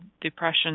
depression